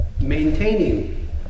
Maintaining